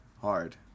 hard